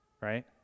right